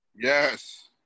Yes